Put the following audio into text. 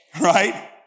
Right